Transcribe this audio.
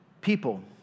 people